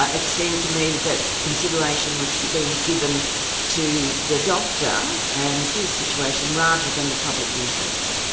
ah it seemed to me that that consideration was being given to the doctor and his situation, rather than the public interest.